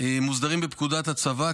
מוסדרים בפקודת הצבא,